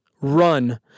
run